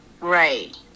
Right